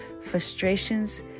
frustrations